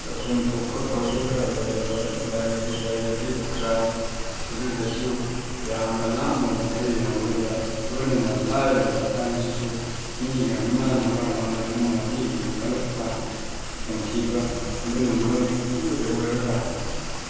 ꯇꯧꯐꯝ ꯊꯣꯛꯄ ꯇꯧꯔꯒ ꯂꯩꯔꯕ ꯂꯩꯔꯗꯤ ꯀ꯭ꯔꯥꯏꯝ ꯑꯗꯨꯗꯁꯨ ꯌꯥꯝꯅ ꯂꯥꯞꯅ ꯅꯥꯊꯩꯔꯝꯕ ꯌꯥꯏ ꯂꯣꯏꯅꯅ ꯂꯥꯏꯔꯕ ꯍꯥꯏꯕꯁꯤꯁꯨ ꯃꯤꯒ ꯃꯤꯃꯥꯟꯅꯕ ꯉꯝꯗꯕꯅꯤꯅ ꯃꯤꯒꯤ ꯀꯜꯂꯛꯄ ꯌꯦꯡꯊꯤꯕ ꯑꯗꯨꯅ ꯃꯔꯝ ꯑꯣꯏꯔꯒ